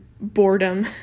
boredom